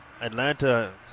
Atlanta